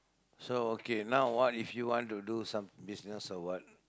so okay now what if you want to do some business or what